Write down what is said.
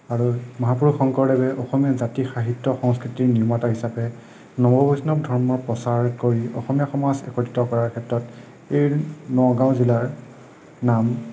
আৰু মহাপুৰুষ শংকৰদেৱে অসমীয়া জাতিৰ সাহিত্য সংস্কৃতিৰ নিৰ্মাতা হিচাপে নৱবৈষ্ণৱ ধৰ্ম প্ৰচাৰ কৰি অসমীয়া সমাজ একত্ৰিত কৰাৰ ক্ষেত্ৰত এই নগাওঁ জিলাৰ নাম